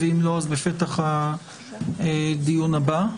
ואם לא אז בפתח הדיון הבא.